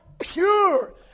pure